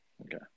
Okay